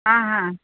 ಹಾಂ ಹಾಂ